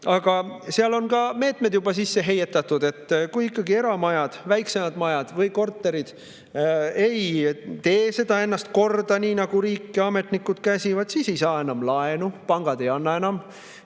Aga seal on ka meetmed juba sisse heietatud, et kui ikkagi eramajad, väiksemad majad või korterid ei tee ennast korda, nii nagu riik ja ametnikud käsivad, siis ei saa enam laenu, pangad ei anna enam.